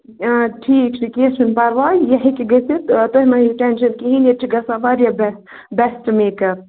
ٹھِیٖک چھُ کیٚنٛہہ چھُ نہٕ پرواے یہِ ہیٚکہِ گٔژھِتھ آ تُہۍ ما ہیٚیِو ٹٮ۪نٛشن کِہیٖنٛۍ ییٚتہِ چھُ گژھان واریاہ بیٚسٹ بیٚسٹ میک اَپ